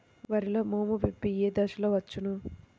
వరిలో మోము పిప్పి ఏ దశలో వచ్చును?